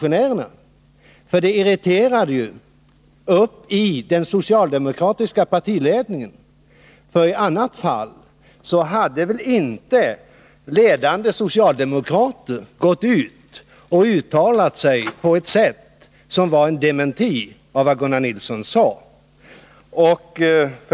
Irritation förekom också inom den socialdemokratiska partiledningen — i annat fall hade väl inte ledande socialdemokrater gått ut och gjort uttalanden som tjänade som dementier av vad Gunnar Nilsson sade.